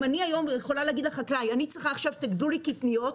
אם אני צריכה להגיד היום לחקלאי לגדל קטניות,